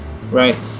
right